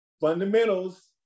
fundamentals